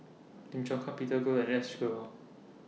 Lim Chong Peter Goh and S